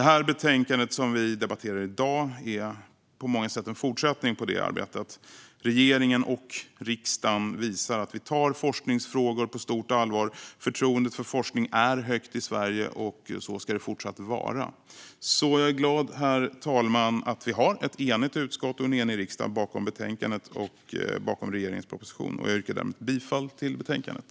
Betänkandet som vi debatterar i dag är på många sätt en fortsättning på det arbetet. Regeringen och riksdagen visar att vi tar forskningsfrågor på stort allvar. Förtroendet för forskning är högt i Sverige och ska fortsätta vara det. Herr talman! Jag är glad att ett enigt utskott och en enig riksdag står bakom förslaget i betänkandet och regeringens proposition. Jag yrkar härmed bifall till förslaget i betänkandet.